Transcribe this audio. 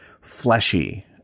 fleshy